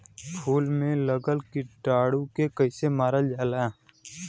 फूल में लगल कीटाणु के कैसे मारल जाला?